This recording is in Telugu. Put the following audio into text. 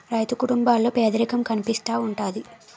రైతు కుటుంబాల్లో పేదరికం కనిపిస్తా ఉంటది